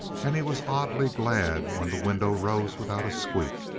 and he was oddly glad when the window rose without a squeak.